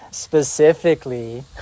Specifically